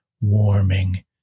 warming